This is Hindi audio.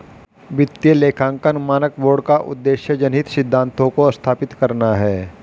वित्तीय लेखांकन मानक बोर्ड का उद्देश्य जनहित सिद्धांतों को स्थापित करना है